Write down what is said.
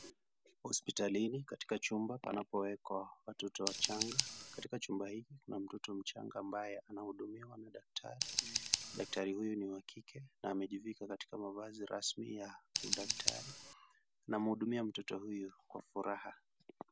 Hospitalini katika chumba panapowekwa watoto wachanga. Katika chumba hiki kuna mtoto mchanga ambaye anahudumiwa na daktari. Daktari huyu ni wa kike na amejivika katika mavazi rasmi ya udaktari na anamhudumia mtoto huyu kwa furaha.